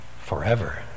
forever